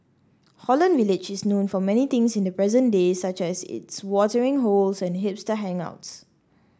Holland Village is known for many things in the present day such as its watering holes and hipster hangouts